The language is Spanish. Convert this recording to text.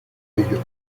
ello